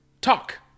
talk